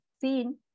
seen